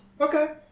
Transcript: Okay